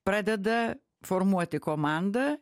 pradeda formuoti komandą